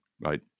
Right